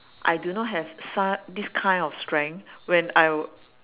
I do not have sar~ this kind of strength when I w~